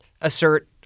assert